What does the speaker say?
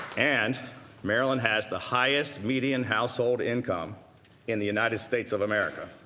and maryland has the highest median household income in the united states of america.